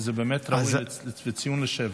זה באמת ראוי לציון לשבח.